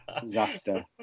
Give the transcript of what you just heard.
disaster